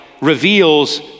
reveals